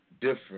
different